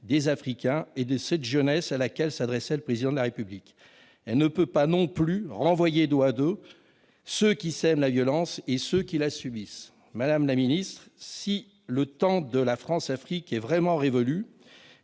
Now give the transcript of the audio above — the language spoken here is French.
des Africains et de cette jeunesse à laquelle s'adressait le Président de la République. Elle ne peut pas non plus renvoyer dos à dos ceux qui sèment la violence et ceux qui la subissent. Madame la ministre, si le temps de la « Françafrique » est vraiment révolu,